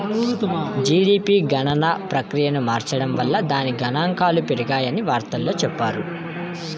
GDP గణన ప్రక్రియను మార్చడం వల్ల దాని గణాంకాలు పెరిగాయని వార్తల్లో చెప్పారు